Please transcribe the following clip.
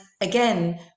again